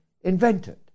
invented